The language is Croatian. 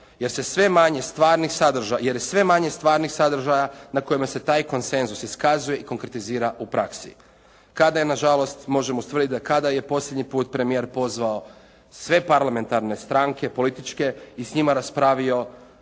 jer je sve manje stvarnih sadržaja na kojima se taj konsenzus iskazuje i konkretizira u praksi, kada je na žalost, možemo ustvrditi da kada je posljednji put premijer pozvao sve parlamentarne stranke, političke i s njima raspravio